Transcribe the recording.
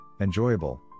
enjoyable